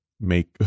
make